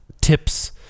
tips